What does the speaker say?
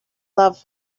love